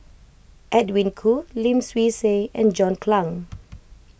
Edwin Koo Lim Swee Say and John Clang